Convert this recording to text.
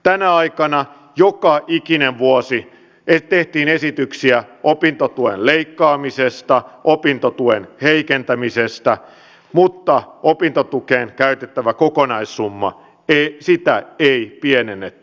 tänä aikana joka ikinen vuosi tehtiin esityksiä opintotuen leikkaamisesta opintotuen heikentämisestä mutta opintotukeen käytettävää kokonaissummaa ei pienennetty